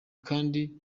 kandi